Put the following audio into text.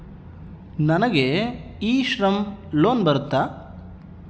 ನನಗೆ e Shram loan ಬರುತ್ತಾ?